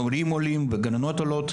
מורים עולים וגננות עולות